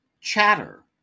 Chatter